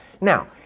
Now